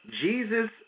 Jesus